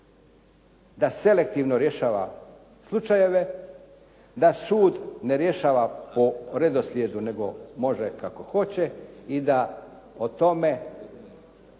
da selektivno rješava slučajeve, da sud ne rješava po redoslijedu nego može kako hoće i da o tome